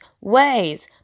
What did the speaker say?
ways